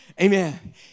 Amen